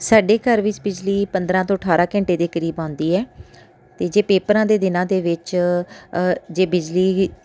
ਸਾਡੇ ਘਰ ਵਿੱਚ ਬਿਜਲੀ ਪੰਦਰਾਂ ਤੋਂ ਅਠਾਰਾਂ ਘੰਟੇ ਦੇ ਕਰੀਬ ਆਉਂਦੀ ਹੈ ਅਤੇ ਜੇ ਪੇਪਰਾਂ ਦੇ ਦਿਨਾਂ ਦੇ ਵਿੱਚ ਜੇ ਬਿਜਲੀ